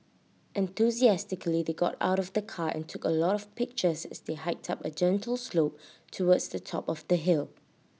enthusiastically they got out of the car and took A lot of pictures as they hiked up A gentle slope towards the top of the hill